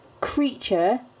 creature